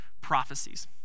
prophecies